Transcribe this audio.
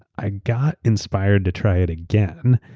i got inspired to try it again,